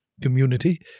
community